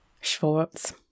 Schwartz